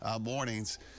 mornings